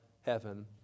heaven